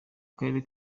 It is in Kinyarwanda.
karere